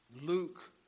Luke